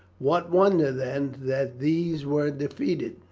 what wonder, then, that these were defeated.